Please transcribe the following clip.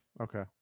Okay